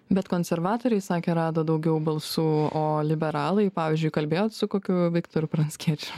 bet konservatoriai sakė rado daugiau balsų o liberalai pavyzdžiui kalbėjot su kokiu viktoru pranckiečiu